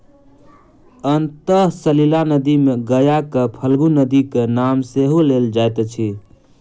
अंतः सलिला नदी मे गयाक फल्गु नदीक नाम सेहो लेल जाइत अछि